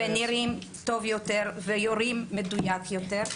ונראים טוב יותר, ויורים מדויק יותר.